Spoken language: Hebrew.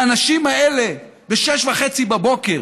האנשים האלה, ב-06:30,